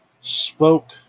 spoke